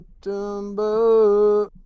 Tumble